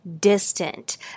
distant